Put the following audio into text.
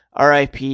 RIP